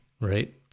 right